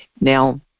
Now